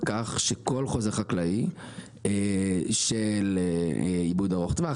על כך שכל חוזה חקלאי של עיבוד ארוך טווח,